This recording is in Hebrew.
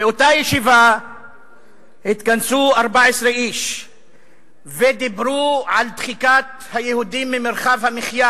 באותה ישיבה התכנסו 14 איש ודיברו על דחיקת היהודים ממרחב המחיה